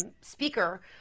Speaker